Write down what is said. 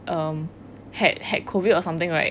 um had had COVID or something right